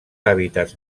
hàbitats